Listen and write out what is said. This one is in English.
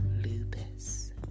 Lupus